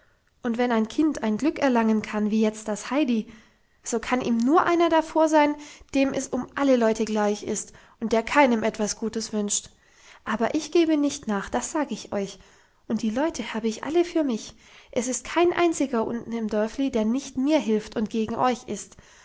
und wenn ein kind ein glück erlangen kann wie jetzt das heidi so kann ihm nur einer davor sein dem es um alle leute gleich ist und der keinem etwas gutes wünscht aber ich gebe nicht nach das sag ich euch und die leute habe ich alle für mich es ist kein einziger unten im dörfli der nicht mir hilft und gegen euch ist